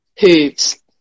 hooves